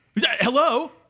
Hello